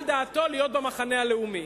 להיות במחנה הלאומי?